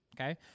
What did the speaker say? Okay